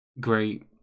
great